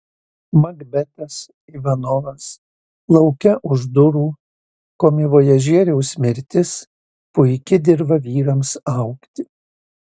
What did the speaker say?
makbetas ivanovas lauke už durų komivojažieriaus mirtis puiki dirva vyrams augti